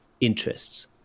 interests